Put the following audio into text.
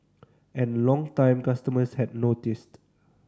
and longtime customers had noticed